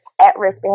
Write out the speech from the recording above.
at-risk